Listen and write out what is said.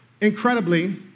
incredibly